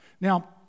Now